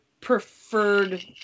preferred